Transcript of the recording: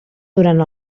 durant